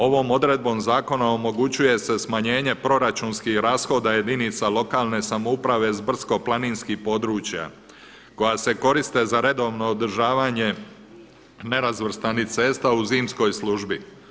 Ovom odredbom zakona omogućuje se smanjenje proračunskih rashoda jedinica lokalne samouprave s brdsko-planinskih područja koja se koriste za redovno održavanje nerazvrstanih cesta u zimskoj službi.